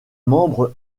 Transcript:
membres